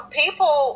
people